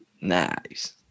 Nice